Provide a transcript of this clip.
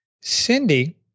Cindy